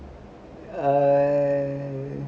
I